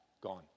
gone